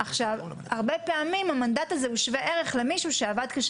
הרבה פעמים המנדט שווה ערך למישהו שעבד קשה